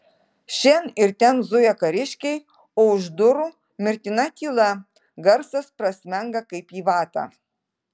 šen ir ten zuja kariškiai o už durų mirtina tyla garsas prasmenga kaip į vatą